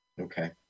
Okay